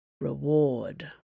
reward